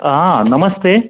हां नमस्ते